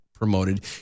promoted